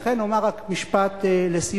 לכן אומר רק משפט לסיום,